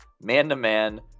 man-to-man